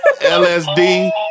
LSD